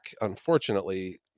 unfortunately